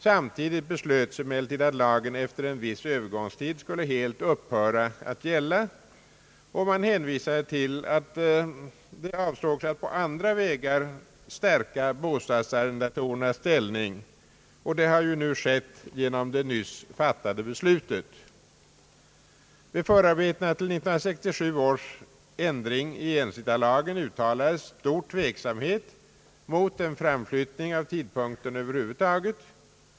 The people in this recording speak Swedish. Samtidigt beslöts emellertid att lagen efter en viss Övergångstid skulle helt upphöra att gälla, och man hänvisade till att avsikten var att på andra vägar stärka bostadsarrendatorernas ställning, och det har ju skett genom det nyss fattade beslutet. I förarbetena till 1967 års ändring av ensittarlagen uttalades stor tveksamhet mot en framflyttning av tidpunkten över huvud taget.